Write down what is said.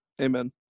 Amen